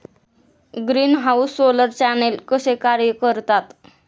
Greenhouse solar channel कसे कार्य करतात?